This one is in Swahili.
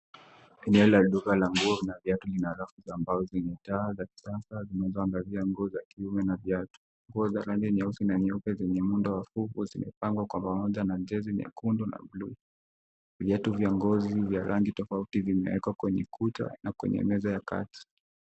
Eneo la duka la nguo na viatu vina rafu za mbao zenye taa za kisasa zinazoangazia nguo za kiume na viatu. Nguo za rangi nyeusi na nyeupe zenye muundo wa huku zimepangwa kwa pamoja na jezi nyekundu na bluu. Viatu vya ngozi vya rangi tofauti vimewekwa kwenye kuta na kwenye meza ya kati.